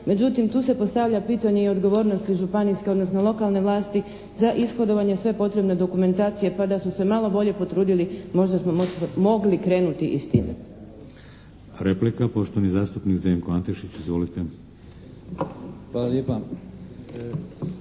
Međutim, tu se postavlja pitanje i odgovornosti županijske odnosno lokalne vlasti za ishodovanje sve potrebne dokumentacije. Pa da su se malo bolje potrudili možda smo mogli krenuti i s tim.